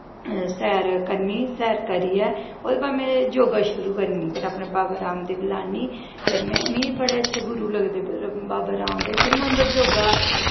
सार करनी सैर करियै ओह्दै बाद में योगा शुरू करनी फिर अपने बाबा देव गी लान्नी मिगी बड़े अच्छे गुरु लगदे पर बाबा रामदेव फिर में उं'दा योगा